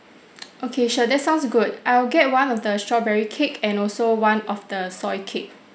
okay sure that sounds good I'll get one of the strawberry cake and also one of the soy cake